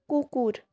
কুকুর